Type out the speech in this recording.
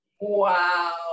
Wow